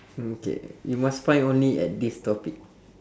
okay you must find only at this topic